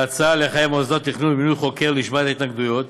להצעה לחייב מוסדות תכנון במינוי חוקר לשמיעת התנגדויות,